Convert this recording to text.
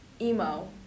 emo